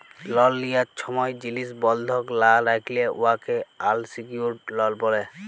লল লিয়ার ছময় জিলিস বল্ধক লা রাইখলে উয়াকে আলসিকিউর্ড লল ব্যলে